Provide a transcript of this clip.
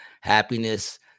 Happiness